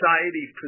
society